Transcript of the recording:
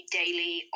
daily